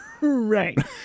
Right